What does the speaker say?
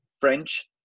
French